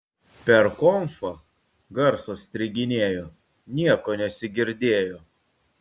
per konfą garsas striginėjo nieko nesigirdėjo